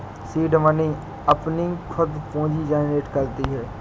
seed money अपनी खुद पूंजी जनरेट करती है